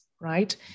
right